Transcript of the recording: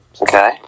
Okay